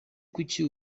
kuki